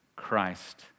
Christ